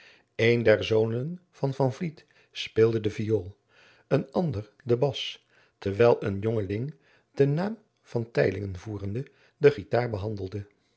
een der zonen van van vliet speelde de viool een ander den bas terwijl een jongeling den naam van van teylingen voerende de guitar behandelde